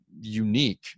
unique